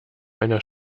einer